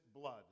blood